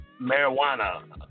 marijuana